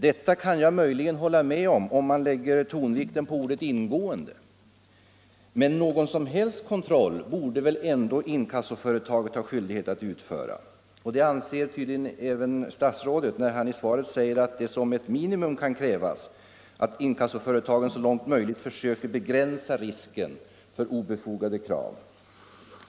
Detta kan jag möjligen hålla med om ifall man lägger tonvikten på ordet ”ingående”. Men någon kontroll borde väl inkassoföretaget ändå ha skyldighet att utföra. Det anser tydligen även statsrådet, eftersom han i svaret säger att det som ett minimum kan krävas, att inkassoföretagen så långt möjligt försöker begränsa risken för obefogade krav.